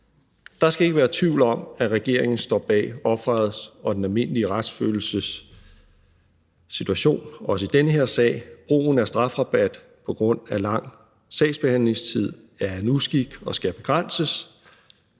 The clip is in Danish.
Der skal ikke være tvivl om, at regeringen står bag ofret og den almindelige retsfølelse, også i den her sag. Brugen af strafrabat på grund af lang sagsbehandlingstid er en uskik og skal begrænses.